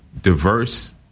diverse